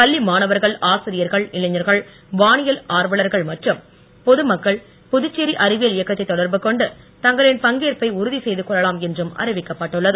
பள்ளி மாணவர்கள் ஆசிரியர்கள் இளைஞர்கள் வானியல் ஆர்வலர்கள் மற்றம் பொது மக்கள் புதுச்சேரி அறிவியல் இயக்கத்தை தொடர்பு கொண்டு தங்களின் பங்கேற்ப்பை உறுதி செய்து கொள்ளலாம் என்றும் அறிவிக்கப்பட்டுள்ளது